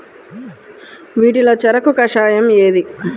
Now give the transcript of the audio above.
వీటిలో చెరకు కషాయం ఏది?